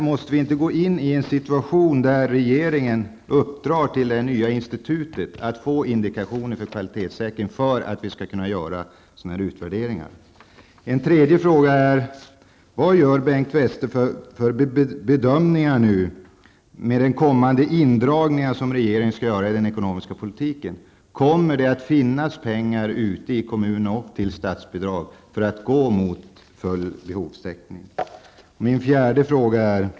Måste det inte bli så att regeringen uppdrar till det nya institutet att ta fram indikationer för kvalitetssäkring för att vi skall kunna göra utvärderingar? Vilken bedömning gör Bengt Westerberg, med de indragningar som regeringen skall göra i den ekonomiska politiken? Kommer det att finnas pengar ute i kommuner och till statsbidrag för att gå mot full behovstäckning?